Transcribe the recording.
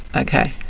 okay.